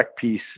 piece